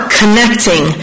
connecting